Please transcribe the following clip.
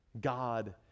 God